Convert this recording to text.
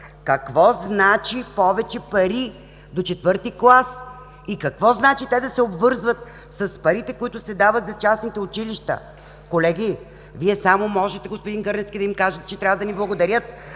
Какво значи повече пари до четвърти клас? И какво значи те да се обвързват с парите, които се дават за частните училища? Колеги, Вие само можехте, господин Гърневски, да им кажете, че трябва да ни благодарят,